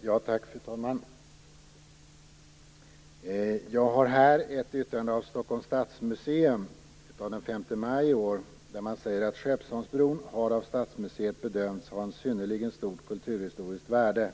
Fru talman! Jag har här ett yttrande av Stockholms stadsmuseum från den 5 maj i år. Där säger man: Skeppsholmsbron har av Stadsmuseet bedömts ha ett synnerligen stort kulturhistoriskt värde.